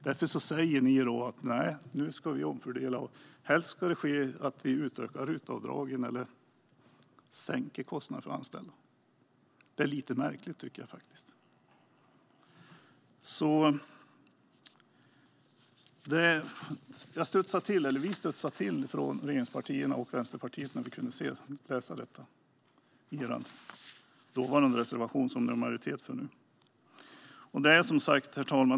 Därför säger ni: Nu ska vi omfördela, och helst ska det ske genom att vi utökar RUT-avdragen eller sänker kostnaderna för att anställa. Det är lite märkligt, tycker jag. Vi från regeringspartierna och Vänsterpartiet studsade till när vi kunde läsa detta i er reservation, som ni nu har majoritet för. Herr talman!